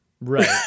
Right